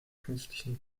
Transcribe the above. künstlichen